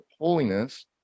holiness